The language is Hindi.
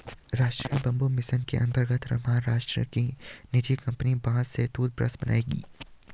राष्ट्रीय बंबू मिशन के अंतर्गत महाराष्ट्र की निजी कंपनी बांस से टूथब्रश बनाएगी